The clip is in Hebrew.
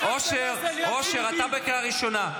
-- אושר, אושר אתה בקריאה ראשונה.